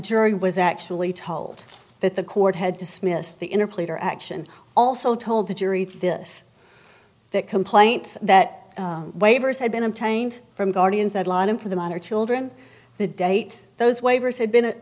jury was actually told that the court had dismissed the inner pleader action also told the jury this that complaint that waivers had been obtained from guardian sideline him for the minor children the date those waivers had been